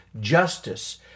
justice